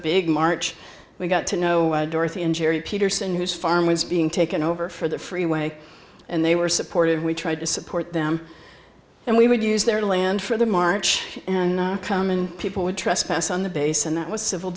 big march we got to know dorothy and gerry peterson whose farm was being taken over for the freeway and they were supported we tried to support them and we would use their land for the march and people would trespass on the base and that was civil